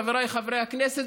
חבריי חברי הכנסת,